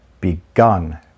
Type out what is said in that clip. begun